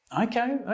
Okay